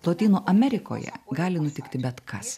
lotynų amerikoje gali nutikti bet kas